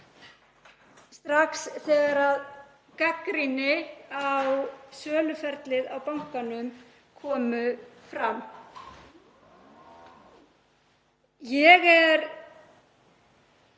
strax þegar gagnrýni á söluferlið á bankanum kom fram. Ég er